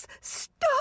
stop